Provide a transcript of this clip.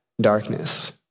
darkness